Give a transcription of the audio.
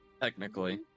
Technically